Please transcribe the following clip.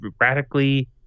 radically